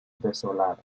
desolada